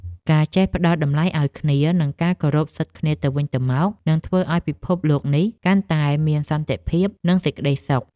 ការចេះផ្ដល់តម្លៃឱ្យគ្នា និងការគោរពសិទ្ធិគ្នាទៅវិញទៅមក នឹងធ្វើឱ្យពិភពលោកនេះកាន់តែមានសន្តិភាព និងសេចក្តីសុខ។